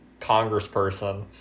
congressperson